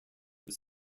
was